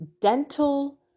dental